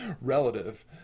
relative